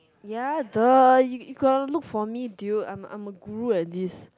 ya the you gonna look for me dude I am I am good at these